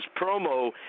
promo